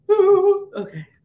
Okay